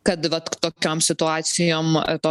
kad vat tokiom situacijom to